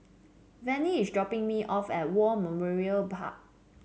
Vinnie is dropping me off at War Memorial Park